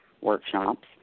workshops